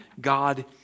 God